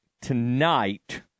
tonight